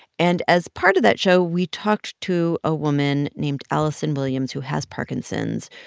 and as part of that show, we talked to a woman named alison williams, who has parkinson's,